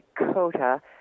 Dakota